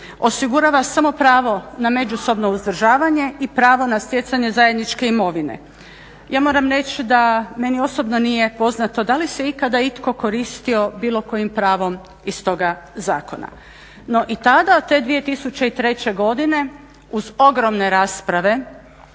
osigurava samo pravo na međusobno uzdržavanje i pravo na stjecanje zajedničke imovine. Ja moram reći da meni osobno nije poznato da li se ikada itko koristio bilo kojim pravom iz toga zakona. No i tada te 2003. godine uz ogromne rasprave